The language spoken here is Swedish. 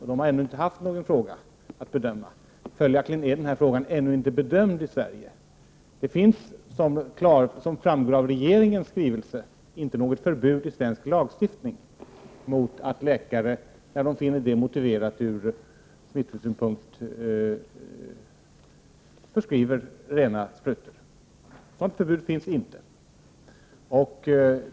HSAN har ännu inte haft något fall att bedöma, och följaktligen är frågan ännu inte bedömd i Sverige. Som det klart framgår av regeringens skrivelse finns det inte något förbud i svensk lagstiftning mot att läkare när de finner det motiverat ur smittskyddssynpunkt förskriver rena sprutor.